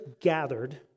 gathered